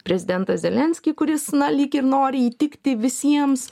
prezidentą zelenskį kuris na lyg ir nori įtikti visiems